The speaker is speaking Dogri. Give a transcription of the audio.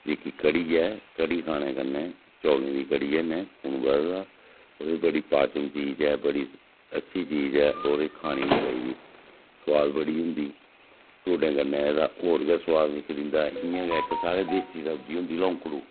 जेह्की कड़ी ऐ कड़ी खाने कन्नै चौलें दी कड़ियै कन्नै खून बधदा होर एह् बड़ी पाचम चीज ऐ बड़ी अच्छी चीज ऐ होर एह् खानी बी चाहिदी सुआद बड़ी होंदी ढोडें कन्नै एह्दा होर गै सुआद निखरी जंदा इ'यां गै इक साढ़ै देसी सब्जी होंदी लोंकड़ू